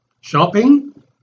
shopping